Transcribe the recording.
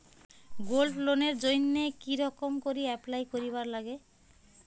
Gold লোনের জইন্যে কি রকম করি অ্যাপ্লাই করিবার লাগে?